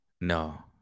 No